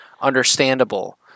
understandable